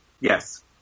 Yes